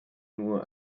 nur